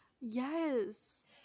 Yes